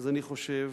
אני חושב